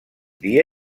dia